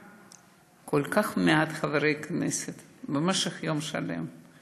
וכל כך מעט חברי כנסת במשך יום שלם,